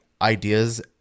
Ideas